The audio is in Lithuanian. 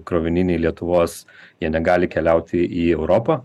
krovininiai lietuvos jie negali keliaut į į europą